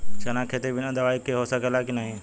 चना के खेती बिना दवाई के हो सकेला की नाही?